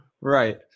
Right